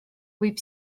võib